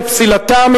לפסילתה, יש לסיים.